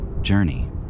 Journey